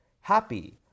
happy